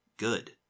good